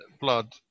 blood